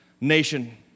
nation